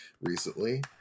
recently